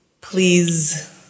please